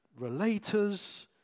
relators